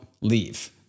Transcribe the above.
leave